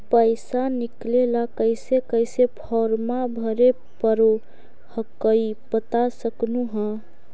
पैसा निकले ला कैसे कैसे फॉर्मा भरे परो हकाई बता सकनुह?